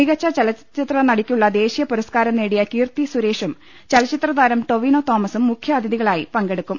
മികച്ച ചലച്ചിത്ര നടിക്കുള്ള ദേശീയ പുരസ്കാരം നേടിയ കീർത്തി സുരേഷും ചലച്ചിത്ര താരം ടൊവിനോ തോമസും മുഖ്യാതിഥികളായി പങ്കെടുക്കും